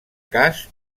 cas